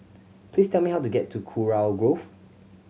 please tell me how to get to Kurau Grove